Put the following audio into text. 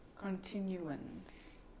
continuance